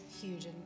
huge